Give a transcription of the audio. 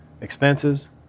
expenses